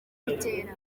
rutera